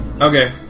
Okay